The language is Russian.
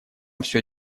все